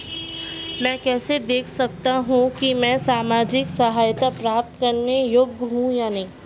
मैं कैसे देख सकता हूं कि मैं सामाजिक सहायता प्राप्त करने योग्य हूं या नहीं?